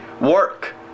work